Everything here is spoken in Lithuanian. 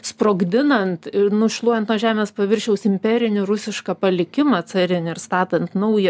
sprogdinant ir nušluojant nuo žemės paviršiaus imperinį rusišką palikimą carinį ir statant naują